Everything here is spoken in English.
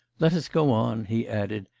let us go on he added,